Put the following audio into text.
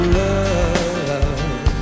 love